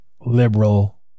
liberal